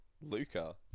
luca